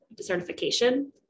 certification